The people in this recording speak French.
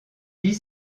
dit